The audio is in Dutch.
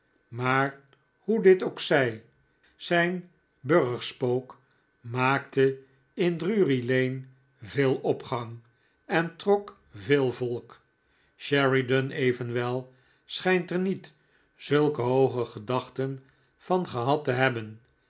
strektejmaar hoe dit ook zij zijn burgspook maakte in drury-lane veel opgang en trok veel volk sheridan evenwel schijnt er niet zulke hooge gedachten van gehad te hebben